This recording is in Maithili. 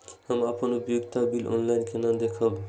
हम अपन उपयोगिता बिल ऑनलाइन केना देखब?